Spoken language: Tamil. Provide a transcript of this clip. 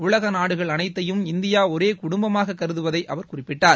உலக நாடுகள் அனைத்தையும் இந்தியா இ ஒரே குடும்பமாக கருதுவதை அவர் குறிப்பிட்டார்